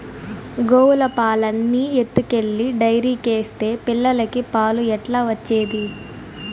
గోవుల పాలన్నీ ఎత్తుకెళ్లి డైరీకేస్తే పిల్లలకి పాలు ఎట్లా వచ్చేది